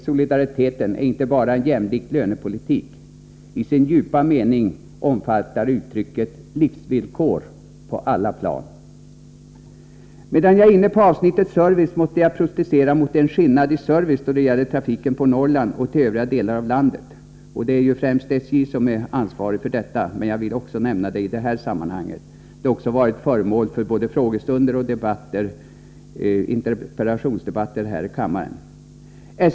Solidaritet är inte bara en jämlik lönepolitik — i sin djupa mening omfattar uttrycket livsvillkor på alla plan. Medan jag är inne på avsnittet service måste jag protestera mot en skillnad i service då det gäller trafiken på Norrland och till övriga delar av landet. Det är främst SJ som har ansvar för detta, men jag vill nämna det i det här sammanhanget. Det har också varit föremål för diskussion här i kammaren med anledning av frågor och interpellationer.